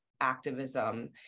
activism